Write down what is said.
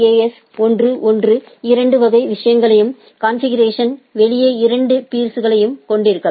S 1 1 2 வகை விஷயங்களையும் configuration வெளியே இரண்டு பீர்ஸ்களையும் கொண்டிருக்கலாம்